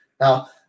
Now